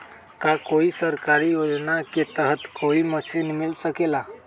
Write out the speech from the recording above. का कोई सरकारी योजना के तहत कोई मशीन मिल सकेला?